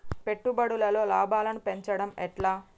పెట్టుబడులలో లాభాలను పెంచడం ఎట్లా?